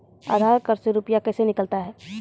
आधार कार्ड से रुपये कैसे निकलता हैं?